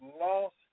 lost